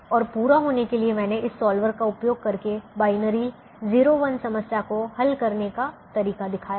और पूरा होने के लिए मैंने इस सॉल्वर का उपयोग करके बाइनरी 0 1 समस्या को हल करने का तरीका दिखाया है